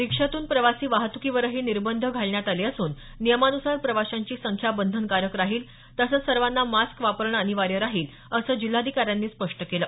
रिक्षातून प्रवासी वाहतुकीवरही निर्बंध घालण्यात आले असून नियमानुसार प्रवाशांची संख्या बंधनकारक राहील तसंच सर्वांना मास्क वापरणं अनिर्वाय राहील असं जिल्हाधिकाऱ्यांनी स्पष्ट केलं